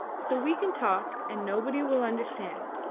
so we can talk and nobody will understand,